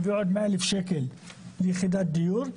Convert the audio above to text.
הביא עוד 100 אלף שקל ליחידת דיור,